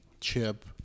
chip